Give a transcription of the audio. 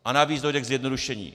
A navíc dojde k zjednodušení.